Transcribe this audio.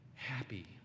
happy